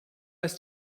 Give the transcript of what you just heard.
ist